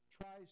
tries